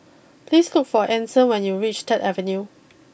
please look for Ason when you reach third Avenue